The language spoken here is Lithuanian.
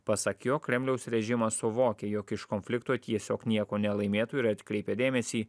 pasak jo kremliaus režimas suvokia jog iš konflikto tiesiog nieko nelaimėtų ir atkreipia dėmesį